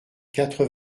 quatre